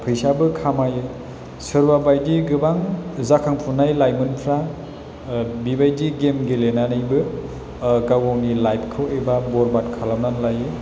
फैसाबो खामायो सोरबा बायदि गोबां जाखांफुनाय लाइमोनफ्रा बिबायदि गेम गेलेनानैबो गाव गावनि लाइफखौ एबा बरबाद खालामनानै लायो